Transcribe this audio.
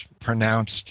pronounced